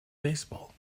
baseball